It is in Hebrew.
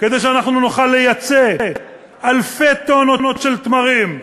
כדי שאנחנו נוכל לייצא אלפי טונות של תמרים,